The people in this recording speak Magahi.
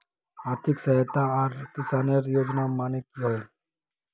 आर्थिक सहायता आर किसानेर योजना माने की होय?